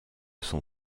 son